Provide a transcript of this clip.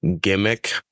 gimmick